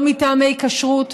לא מטעמי כשרות,